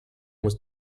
was